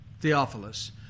Theophilus